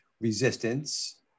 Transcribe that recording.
resistance